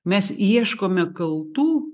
mes ieškome kaltų